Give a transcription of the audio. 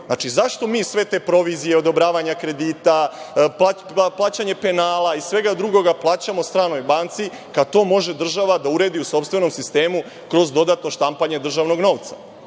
banci? Znači, zašto mi sve te provizije, odobravanja kredita, plaćanje penala i svega drugoga plaćamo stranoj banci, kada to može država da uredi u sopstvenom sistemu kroz dodatno štampanje državnog novca?